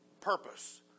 purpose